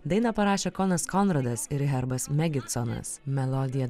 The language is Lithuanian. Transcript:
dainą parašė konas konradas ir herbas megiconas melodiją